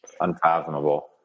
unfathomable